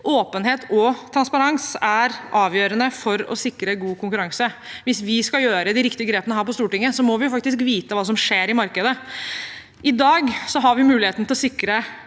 Åpenhet og transparens er avgjørende for å sikre god konkurranse. Hvis vi skal ta de riktige grepene her på Stortinget, må vi faktisk vite hva som skjer i markedet. I dag har vi muligheten til å sikre